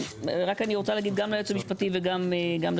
רק אני רוצה להגיד גם ליועץ המשפטי וגם לך,